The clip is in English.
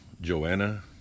Joanna